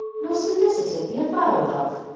nor solicited the avowal of.